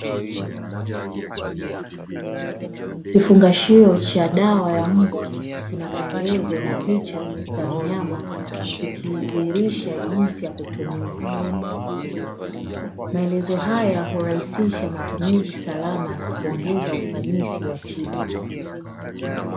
Kifungashio cha dawa ya mbwa kina maelezo na picha ya mnyama, kikidhihirisha jinsi ya kutumia. Maelezo haya, urahisisha matumizi salama na kuongeza ufanisi wa tiba.